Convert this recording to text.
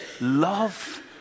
Love